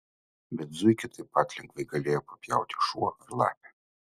bet zuikį taip pat lengvai galėjo papjauti šuo ar lapė